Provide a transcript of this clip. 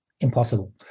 impossible